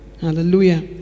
hallelujah